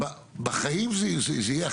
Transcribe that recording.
בחיים זה יהיה אחרת,